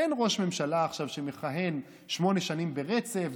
אין ראש ממשלה עכשיו שמכהן שמונה שנים ברצף,